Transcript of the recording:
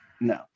no